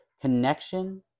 connection